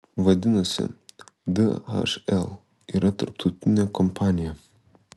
vadinasi dhl yra tarptautinė kompanija